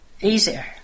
easier